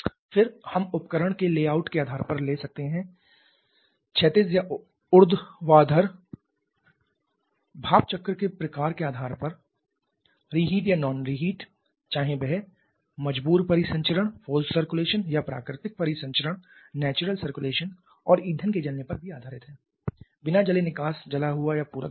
फिर हम उपकरण के लेआउट के आधार पर ले सकते हैं क्षैतिज या ऊर्ध्वाधर भाप चक्र के प्रकार के आधार पर रिहीट या नॉन रीहीट चाहे वह मजबूर परिसंचरण या प्राकृतिक परिसंचरण और ईंधन के जलने पर भी आधारित है बिना जले निकास जला हुआ या पूरक जला हुआ